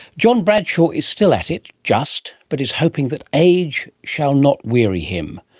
john bradshaw is still at it just. but is hoping that age shall not weary him.